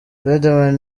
riderman